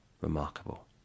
remarkable